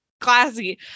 classy